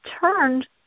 turned